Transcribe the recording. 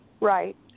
Right